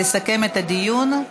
בבקשה לסכם את הדיון.